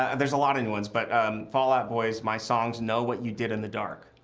and there's a lot of new ones, but fallout boy's, my songs know what you did in the dark.